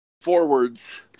forwards